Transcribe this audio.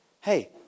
Hey